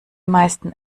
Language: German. meisten